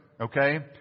Okay